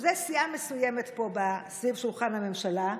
שזו סיעה מסוימת פה, סביב שולחן הממשלה,